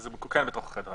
אז הם בתוך החדר.